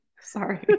Sorry